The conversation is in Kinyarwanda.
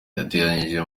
yateraniye